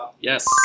Yes